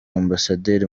ambasaderi